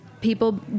People